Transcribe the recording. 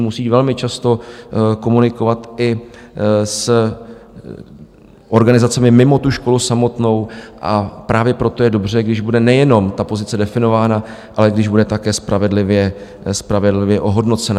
Musí velmi často komunikovat i s organizacemi mimo tu školu samotnou, a právě proto je dobře, když bude nejenom ta pozice definována, ale když bude také spravedlivě ohodnocena.